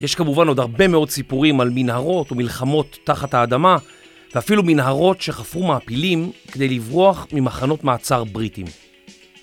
יש כמובן עוד הרבה מאוד סיפורים על מנהרות ומלחמות תחת האדמה, ואפילו מנהרות שחפרו מעפילים כדי לברוח ממחנות מעצר בריטים.